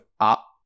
up